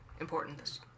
important